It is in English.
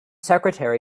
secretary